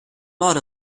lot